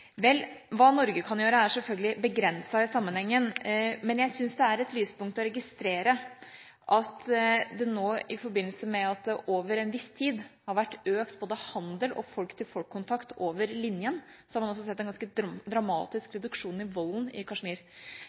Hva Norge kan gjøre, er selvfølgelig begrenset i sammenhengen, men jeg syns det er et lyspunkt å registrere at man nå i forbindelse med at det over en viss tid har vært økt både handel og folk-til-folk-kontakt over linjen, har sett en ganske dramatisk reduksjon i volden i Kashmir.